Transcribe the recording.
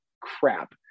crap